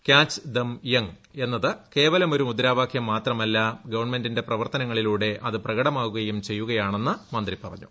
catch them young എന്നത് കേവലം ഒരു മുദ്രാവാക്യം മാത്രമല്ല ഗവൺമെന്റിന്റെ പ്രവർത്തികളിലൂടെ അത് പ്രകടമാകുകയും ചെയ്യുകയാളുണ്ടുന്ന് മന്ത്രി പറഞ്ഞു